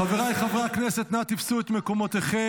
חבריי חברי הכנסת, נא תפסו את מקומותיכם.